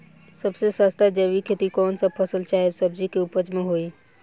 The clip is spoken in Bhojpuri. सबसे सस्ता जैविक खेती कौन सा फसल चाहे सब्जी के उपज मे होई?